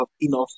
enough